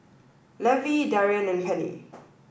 Levy Darrion and Penni